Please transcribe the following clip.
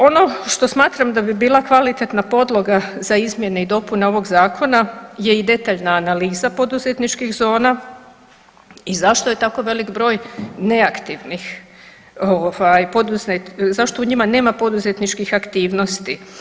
Ono što smatram da bi bila kvalitetna podloga za izmjene i dopune ovog zakona je i detaljna analiza poduzetničkih zona i zašto je tako velik broj neaktivnih, ovaj zašto u njima nema poduzetničkih aktivnosti?